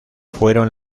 fueron